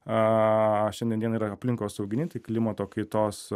a šiandien dienai yra aplinkosaugininkai tai klimato kaitos